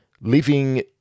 living